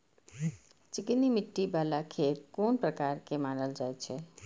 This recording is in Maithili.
चिकनी मिट्टी बाला खेत कोन प्रकार के मानल जाय छै?